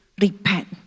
repent